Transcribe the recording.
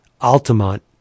Altamont